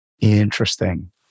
Interesting